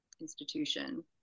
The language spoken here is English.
institution